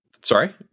Sorry